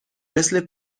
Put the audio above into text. مثل